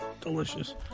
Delicious